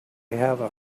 haven’t